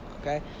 okay